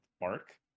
mark